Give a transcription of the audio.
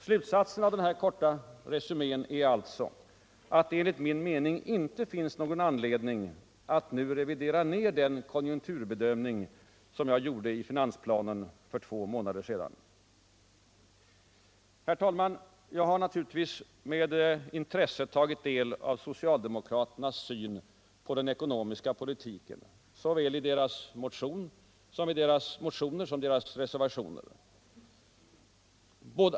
Slutsatsen av denna korta resumé är alltså att det enligt min mening inte finns någon anledning att nu revidera den konjunkturbedömning som jag gjorde i finansplanen för två månader sedan. Herr talman! Jag har naturligtvis med intresse tagit del av socialdemokraternas syn på den ekonomiska politiken, såväl i deras motioner som 1 deras reservationer.